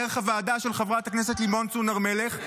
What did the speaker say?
דרך הוועדה של חברת הכנסת לימור סון הר מלך.